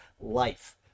life